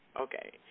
Okay